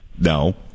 No